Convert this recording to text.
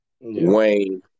Wayne